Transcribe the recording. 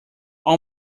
all